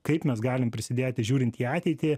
kaip mes galim prisidėti žiūrint į ateitį